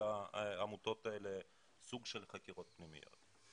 העמותות האלה סוג של חקירות פנימיות.